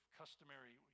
customary